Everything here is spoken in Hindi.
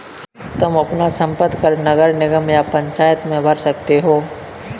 तुम अपना संपत्ति कर नगर निगम या पंचायत में भर सकते हो